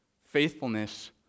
faithfulness